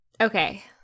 Okay